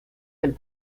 del